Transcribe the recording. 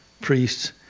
priests